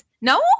No